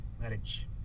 marriage